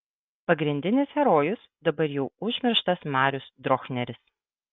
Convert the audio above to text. pagrindinis herojus dabar jau užmirštas marius drochneris